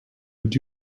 would